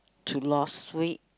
to lost weight